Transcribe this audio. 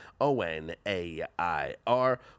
o-n-a-i-r